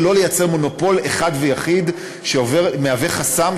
ולא לייצר מונופול אחד ויחיד שמהווה חסם,